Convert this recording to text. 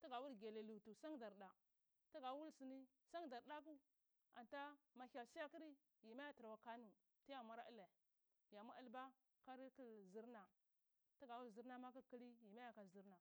tga wul gelle lutur dar da tgawul sni san dar daku ata mathyal siyakri yima ya trakwa kano tiya mwara dlae yam hear dlba kari tuzrna tga wul zrna mak-kli yima ya kazrna.